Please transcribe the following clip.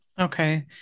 Okay